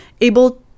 able